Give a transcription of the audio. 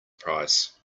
price